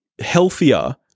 healthier